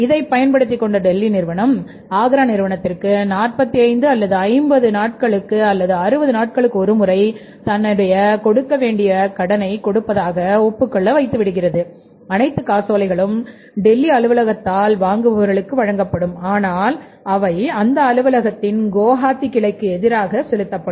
இதைப் பயன்படுத்திக் கொண்ட டெல்லி நிறுவனம் ஆக்ரா நிறுவனத்திற்கு 45 அல்லது 50 அல்லது 60 நாட்களுக்கு ஒரு முறை தன்னுடைய கொடுக்க வேண்டியவ கடனை கொடுப்பதாக ஒப்புக் கொள்ள வைத்து விடுகிறது அனைத்து காசோலைகளும் டெல்லி அலுவலகத்தால் வாங்குபவர்களுக்கு வழங்கப்படும் ஆனால் அவை அந்த அலுவலகத்தின் குவாஹாட்டி கிளைக்கு எதிராக செலுத்தப்படும்